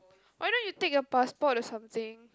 why don't you take your passport or something